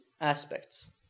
aspects